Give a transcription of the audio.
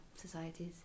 Societies